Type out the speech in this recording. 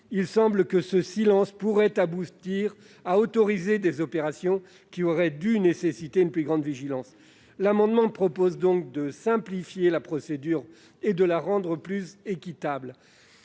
de l'État, ce silence pourrait aboutir à autoriser des opérations qui auraient mérité une plus grande vigilance. Aussi, nous proposons de simplifier la procédure et de la rendre plus équitable.